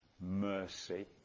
mercy